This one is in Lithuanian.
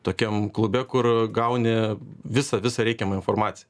tokiam klube kur gauni visą visą reikiamą informaciją